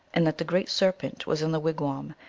and that the great serpent was in the wigwam,